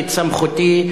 את סמכותי